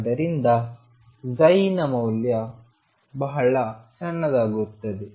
ಆದ್ದರಿಂದ ψ ನ ಮೌಲ್ಯ ಬಹಳ ಸಣ್ಣದಾಗುತ್ತದೆ